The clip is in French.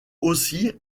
aussi